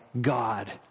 God